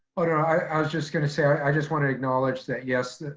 oh, no. i i was just gonna say i just wanna acknowledge that yes,